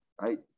right